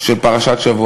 של פרשת שבוע,